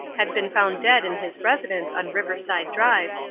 had been found dead in his residence on riverside drive,